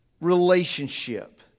relationship